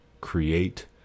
create